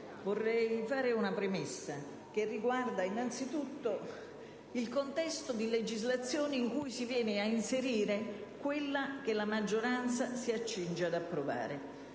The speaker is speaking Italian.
vorrei fare una premessa, che riguarda innanzitutto il contesto di legislazione in cui si viene ad inserire la modifica che la maggioranza si accinge ad approvare.